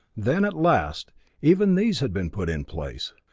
then at last even these had been put in place,